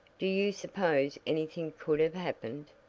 do you suppose anything could have happened?